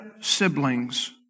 siblings